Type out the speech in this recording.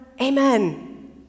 Amen